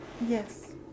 Yes